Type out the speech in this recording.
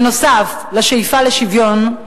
נוסף על השאיפה לשוויון,